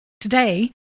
Today